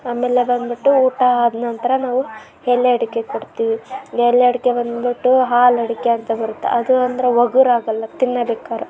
ಆಮೇಲೆ ಬಂದುಬಿಟ್ಟು ಊಟ ಆದ ನಂತರ ನಾವು ಎಲೆ ಅಡಿಕೆ ಕೊಡ್ತೀವಿ ಎಲೆ ಅಡಿಕೆ ಬಂದುಬಿಟ್ಟು ಹಾಲಡಿಕೆ ಅಂತ ಬರುತ್ತೆ ಅದು ಅಂದ್ರೆ ಒಗರು ಆಗೋಲ್ಲ ತಿನ್ನಬೇಕಾದ್ರೆ